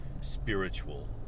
spiritual